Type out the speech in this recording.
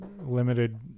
limited